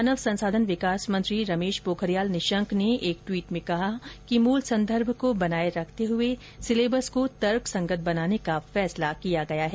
मानव संसाधन विकास मंत्री रमेश पोखरियाल निशंक ने एक ट्वीट में कहा कि मूल संदर्भ को बनाए रखते हुए सिलेबस को तर्कसंगत बनाने का फैसला किया गया है